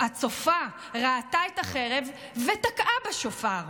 הצופה ראתה את החרב ותקעה בשופר,